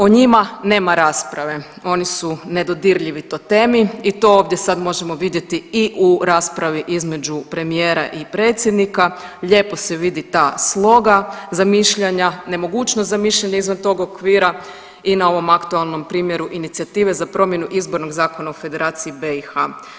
O njima nema rasprave, oni su nedodirljivi totemi i to ovdje sad možemo vidjeti i u raspravi između premijera i predsjednika, lijepo se vidi ta sloga zamišljanja, nemogućnost zamišljanja izvan tog okvira i na ovom aktualnom primjeru inicijative za promjenu izbornog zakona u Federaciji BiH.